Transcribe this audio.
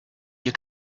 you